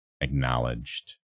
acknowledged